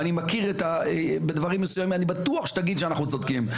ואני מכיר את בדברים מסוימים אני בטוח שתגיד שאנחנו צודקים,